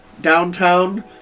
downtown